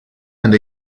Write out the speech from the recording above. and